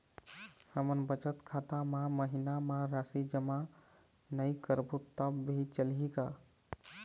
हमन बचत खाता मा महीना मा राशि जमा नई करबो तब भी चलही का?